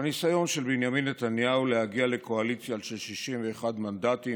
בניסיון של בנימין נתניהו להגיע לקואליציה של 61 מנדטים